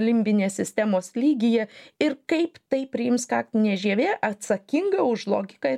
limbinės sistemos lygyje ir kaip tai priims kaktinė žievė atsakinga už logiką ir